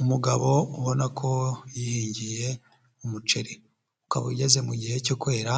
Umugabo ubona ko yihingiye umuceri ukaba ugeze mu gihe cyo kwera